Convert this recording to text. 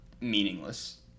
meaningless